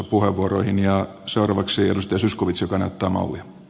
seuraavaksi edustaja zyskowicz joka näyttää mallia